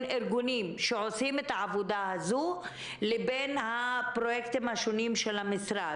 ארגונים שעושים את העבודה הזו לבין הפרויקטים השונים של המשרד.